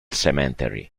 cemetery